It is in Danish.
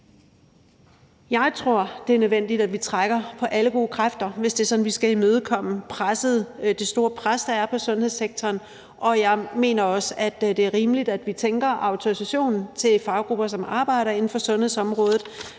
Jeg tror, det er nødvendigt, at vi trækker på alle gode kræfter, hvis det er sådan, at vi skal imødekomme det store pres, der er på sundhedssektoren, og jeg mener også, at det er rimeligt, at vi tænker autorisation til faggrupper, som arbejder inden for sundhedsområdet,